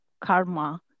karma